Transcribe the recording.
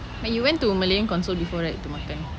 but you went to Malayan Council before right to makan